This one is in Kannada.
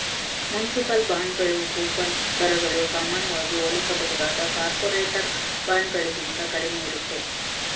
ಮುನ್ಸಿಪಲ್ ಬಾಂಡ್ಗಳು ಕೂಪನ್ ದರಗಳು ಸಾಮಾನ್ಯವಾಗಿ ಹೋಲಿಸಬಹುದಾದ ಕಾರ್ಪೊರೇಟರ್ ಬಾಂಡ್ಗಳಿಗಿಂತ ಕಡಿಮೆ ಇರುತ್ತೆ